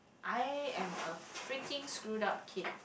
I am a freaking screwed up kid